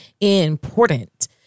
important